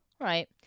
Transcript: Right